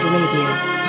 Radio